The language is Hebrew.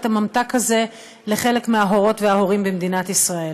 הממתק הזה לחֵלק מההורות וההורים במדינת ישראל,